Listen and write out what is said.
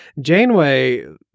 Janeway